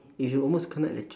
if you almost kena electr~